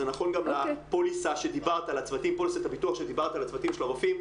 זה נכון גם לפוליסת הביטוח שדיברת על הצוותים הרופאים.